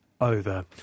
over